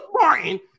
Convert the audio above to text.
Martin